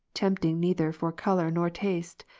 tempting neither for colour nor taste.